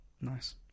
Nice